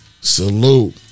Salute